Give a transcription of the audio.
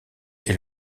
est